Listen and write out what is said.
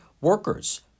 workers